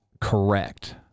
correct